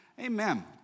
Amen